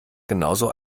genauso